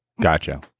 gotcha